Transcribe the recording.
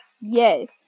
Yes